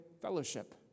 fellowship